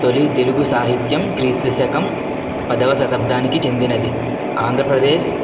తొలి తెలుగు సాహిత్యం క్రీస్తు శఖం పదోవ శతాబ్దానికి చెందినది ఆంధ్రప్రదేశ్